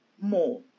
more